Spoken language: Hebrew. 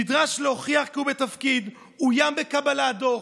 נדרש להוכיח שהוא בתפקיד, אוים בקבלת דוח.